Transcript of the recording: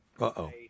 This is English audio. Uh-oh